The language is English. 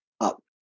up